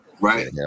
Right